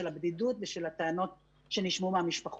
הבדידות ושל הטענות שנשמעו מהמשפחות.